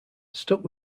stuck